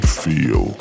feel